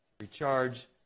recharge